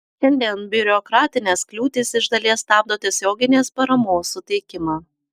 šiandien biurokratinės kliūtys iš dalies stabdo tiesioginės paramos suteikimą